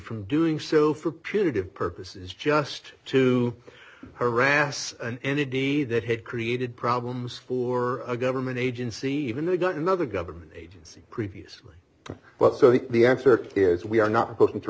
from doing so for punitive purposes just to harass an entity that had created problems for a government agency even though it got another government agency previously but so is the answer is we are not booking to